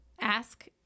ask